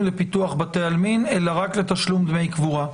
לפיתוח בתי עלמין אלא רק לתשלום דמי קבורה.